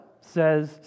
says